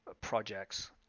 projects